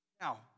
Now